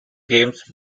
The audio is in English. games